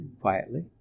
quietly